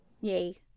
yay